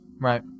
right